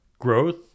growth